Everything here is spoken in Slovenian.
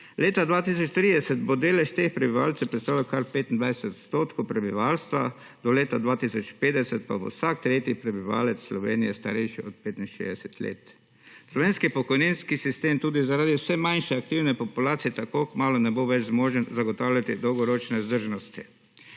Leta 2030 bo delež teh prebivalcev predstavljal kar 25 % prebivalstva, do leta 2050 pa bo vsak tretji prebivalec Slovenije starejši od 65 let. Slovenski pokojninski sistem tudi zaradi vse manjše aktivne populacije tako kmalu ne bo več zmožen zagotavljati dolgoročne vzdržnosti.